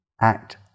act